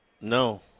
No